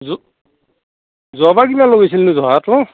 যোৱাবাৰ কিমান লগাইছিলনো জহাটো